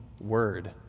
Word